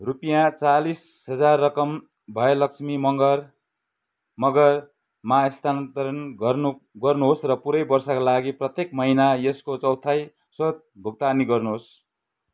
रुपियाँ चालिस हजार रकम भयलक्षी मङ्गर मँगरमा स्थानान्तरण गर्नुहोस् र पुरै वर्षका लागि प्रत्येक महिना यसको चौथाइ स्वतः भुक्तानी गर्नुहोस्